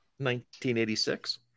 1986